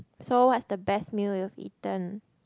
so what's the best meal you have eaten